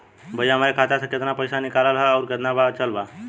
भईया हमरे खाता मे से कितना पइसा निकालल ह अउर कितना बचल बा?